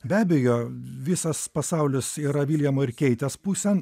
be abejo visas pasaulis yra viljamo ir keitės pusėn